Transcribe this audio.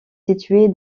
située